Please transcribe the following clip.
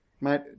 Mate